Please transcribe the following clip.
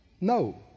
No